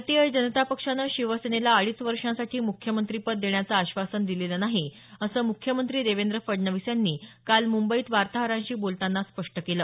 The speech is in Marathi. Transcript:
भारतीय जनता पक्षानं शिवसेनेला अडीच वर्षांसाठी म्ख्यमंत्रिपद देण्याचे आश्वासन दिलेलं नाही असं मुख्यमंत्री देवेंद्र फडणवीस यांनी काल मुंबईत वार्ताहरांशी बोलतांना स्पष्ट केलं